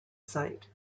site